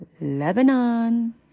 Lebanon